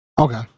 Okay